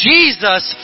Jesus